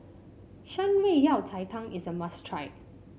Shan Rui Yao Cai Tang is a must try